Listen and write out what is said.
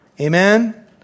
Amen